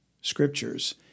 scriptures